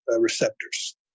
receptors